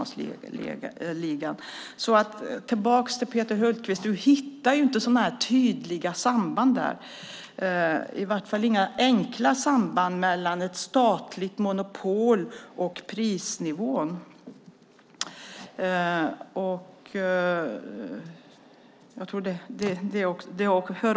Du hittar inga tydliga och enkla samband mellan statligt monopol och prisnivå där, Peter Hultqvist.